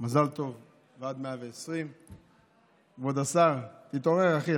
מזל טוב ועד 120. כבוד השר, תתעורר, אחי.